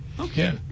Okay